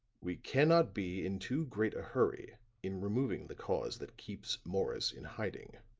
we can not be in too great a hurry in removing the cause that keeps morris in hiding.